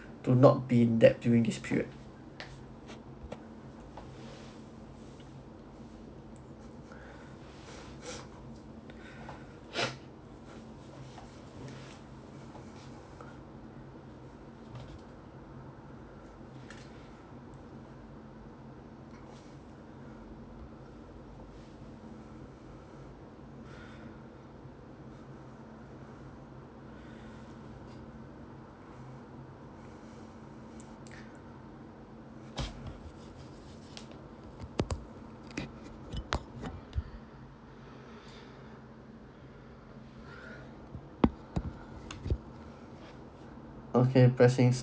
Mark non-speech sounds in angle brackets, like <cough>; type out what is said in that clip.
to not be in debt during this period <breath>